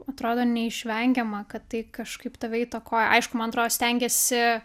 atrodo neišvengiama kad tai kažkaip tave įtakoja aišku man atro stengiesi